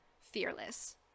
Fearless